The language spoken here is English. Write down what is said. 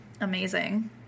amazing